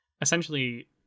essentially